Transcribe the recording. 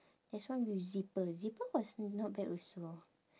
there's one with zipper zipper was not bad also